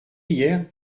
hier